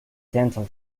dental